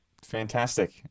fantastic